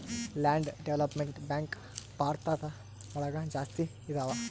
land development bank Bharat ಒಳಗ ಜಾಸ್ತಿ ಇದಾವ